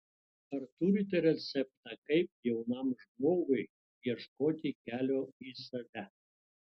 ar turite receptą kaip jaunam žmogui ieškoti kelio į save